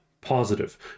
positive